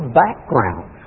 background